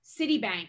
Citibank